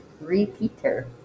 repeater